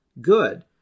good